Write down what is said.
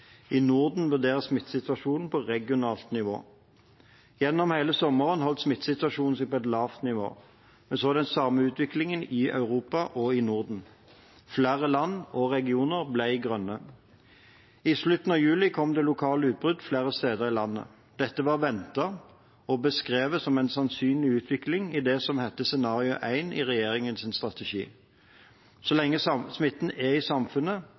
I Norden vurderes smittesituasjonen på regionalt nivå. Gjennom hele sommeren holdt smittesituasjonen seg på et lavt nivå. Vi så den samme utviklingen i Europa og i Norden. Flere land og regioner ble grønne. I slutten av juli kom det lokale utbrudd flere steder i landet. Dette var ventet og beskrevet som en sannsynlig utvikling i det som heter scenario 1 i regjeringens strategi. Så lenge smitten er i samfunnet